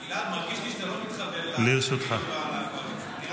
אני מברך אותו על המהלך הזה.